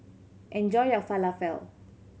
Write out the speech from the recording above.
enjoy your Falafel